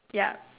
yup